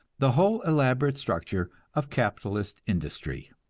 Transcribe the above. the whole elaborate structure of capitalist industry.